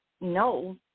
no